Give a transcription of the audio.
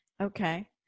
Okay